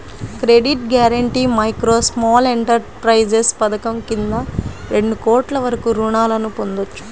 credit guarantee micro, small enterprises పథకం కింద రెండు కోట్ల వరకు రుణాలను పొందొచ్చు